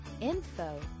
info